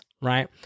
right